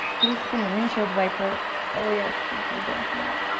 you're just gonna windshield wiper. oh yeah, should feel good after that.